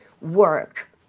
work